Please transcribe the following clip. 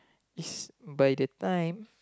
is by the time